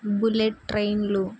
bullet ట్రైన్లు